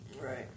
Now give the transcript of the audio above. Right